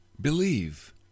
Believe